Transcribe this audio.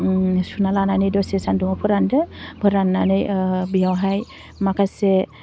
सुना लानानै दसे सान्दुंआव फोरानदो फोराननानै बेयावहाय माखासे